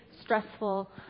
stressful